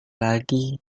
lagi